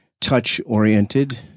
touch-oriented